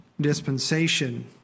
dispensation